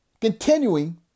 continuing